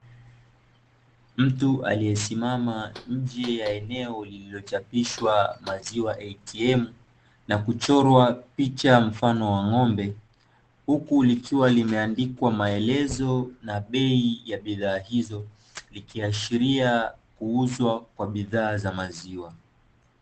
Mtu aliyesimama nje ya eneo lilochapishwa maziwa ATM na kuchorwa picha mfano wa ng'ombe. Huku likiwa limeandikwa maelezo na bei ya bidhaa hizo likiashiria kuuzwa kwa bidhaa za maziwa .